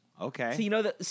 okay